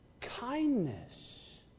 Kindness